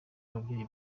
babyeyi